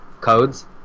codes